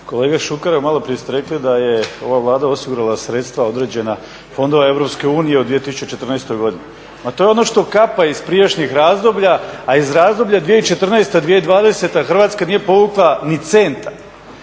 kolega Šuker, maloprije ste rekli da je ova Vlada osigurala sredstva određena fondova EU u 2014. godini. Ma to je ono što kapa iz prijašnjih razdoblja, a iz razdoblja 2014. – 2020. Hrvatska nije povukla ni centa.